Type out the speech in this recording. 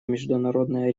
международной